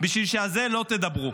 בשביל שעל זה לא תדברו.